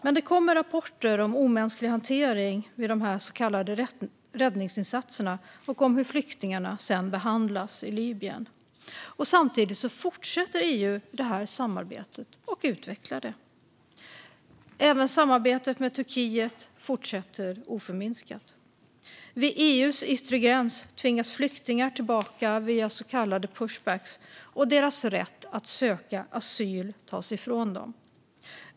Men det kommer rapporter om omänsklig hantering vid dessa så kallade räddningsinsatser och om hur flyktingarna sedan behandlas i Libyen. Samtidigt fortsätter EU det här samarbetet och utvecklar det. Även samarbetet med Turkiet fortsätter oförminskat. Vid EU:s yttre gräns tvingas flyktingar tillbaka via så kallade pushbacks, och deras rätt att söka asyl tas ifrån dem.